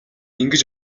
ингэж